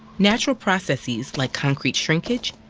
natural processes like concrete shrinkage,